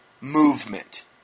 movement